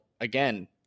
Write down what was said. again